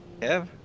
Kev